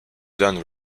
then